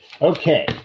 Okay